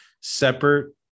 separate